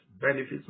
Benefits